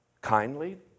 Kindly